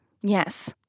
Yes